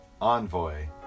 envoy